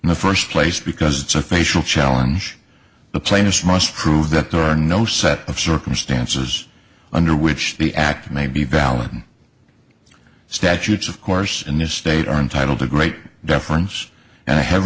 in the first place because it's a facial challenge the plainest must prove that there are no set of circumstances under which the act may be valid statutes of course in this state are entitled to great deference and i have